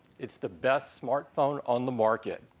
it's the best smartphone on the market.